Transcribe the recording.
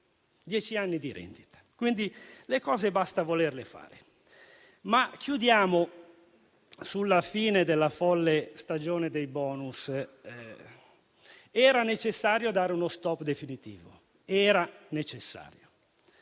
dieci anni. Quindi, le cose basta volerle fare. Sulla fine della folle stagione dei *bonus*, era necessario dare uno stop definitivo: era necessario.